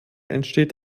entsteht